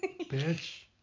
Bitch